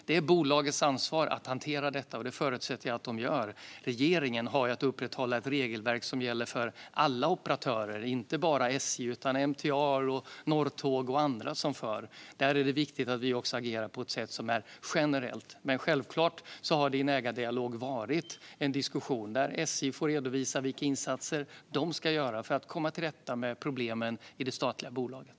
Det är bolagets ansvar att hantera detta, och det förutsätter jag att man gör. Regeringen har att upprätthålla ett regelverk som gäller för alla operatörer, inte bara SJ utan MTR, Norrtåg och andra. Där är det viktigt att vi också agerar på ett sätt som är generellt. Men självklart har det i en ägardialog varit en diskussion där SJ har fått redovisa vilka insatser som man ska göra för att komma till rätta med problemen i det statliga bolaget.